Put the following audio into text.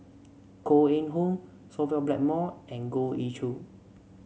Koh Eng Hoon Sophia Blackmore and Goh Ee Choo